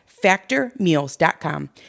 factormeals.com